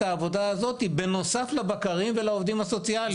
העבודה הזאת בנוסף לבקרים ולעובדים הסוציאליים.